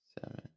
seven